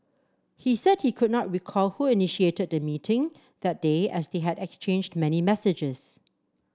he said he could not recall who initiated the meeting that day as they had exchanged many messages